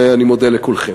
ואני מודה לכולכם.